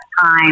time